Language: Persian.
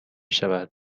شود